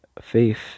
faith